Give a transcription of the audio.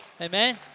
Amen